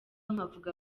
nkavuga